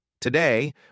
Today